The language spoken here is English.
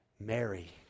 Mary